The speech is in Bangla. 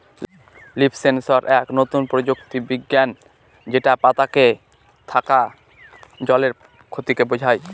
লিফ সেন্সর এক নতুন প্রযুক্তি বিজ্ঞান যেটা পাতাতে থাকা জলের ক্ষতিকে বোঝায়